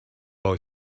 boy